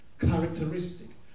characteristic